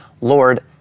Lord